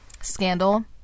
Scandal